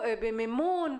במימון.